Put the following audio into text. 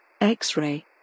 X-ray